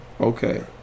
Okay